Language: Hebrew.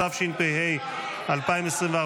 התשפ"ה 2024,